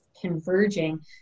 converging